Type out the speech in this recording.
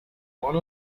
one